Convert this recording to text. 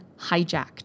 hijacked